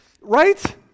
Right